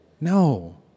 No